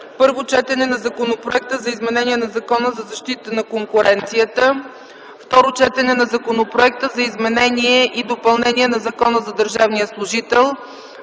Първо четене на Законопроект за изменение на Закона за защита на конкуренцията. Второ четене на Законопроект за изменение и допълнение на Закона за държавния служител.